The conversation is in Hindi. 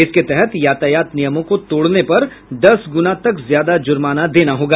इसके तहत यातायात नियमों को तोड़ने पर दस गुना तक ज्यादा जुर्माना देना होगा